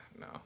no